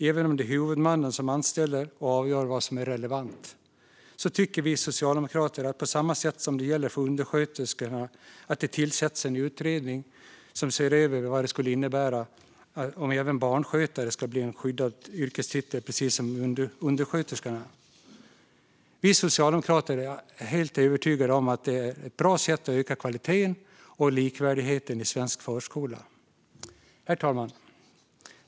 Även om det är huvudmannen som anställer och avgör vad som är relevant tycker vi socialdemokrater att det på samma sätt som när det gäller undersköterskor ska tillsättas en utredning som ser över vad det skulle innebära om även barnskötare blir en skyddad yrkestitel. Vi socialdemokrater är helt övertygade om att det är ett bra sätt att öka kvaliteten och likvärdigheten i svensk förskola. Herr talman!